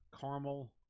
caramel